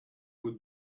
would